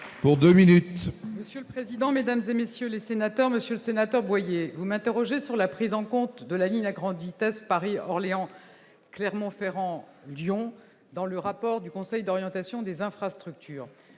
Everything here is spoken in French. minutes. Le président, mesdames et messieurs les sénateurs, Monsieur le Sénateur Boyer, vous m'interrogez sur la prise en compte de la ligne à grande vitesse Paris-Orléans, Clermont-Ferrand, Lyon, dans le rapport du conseil d'orientation des infrastructures,